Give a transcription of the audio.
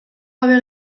gabe